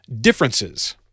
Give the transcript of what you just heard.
differences